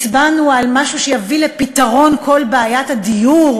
הצבענו על משהו שיביא לפתרון כל בעיית הדיור,